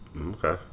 Okay